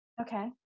Okay